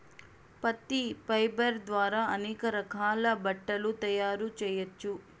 పత్తి ఫైబర్ ద్వారా అనేక రకాల బట్టలు తయారు చేయచ్చు